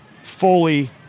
fully